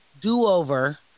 do-over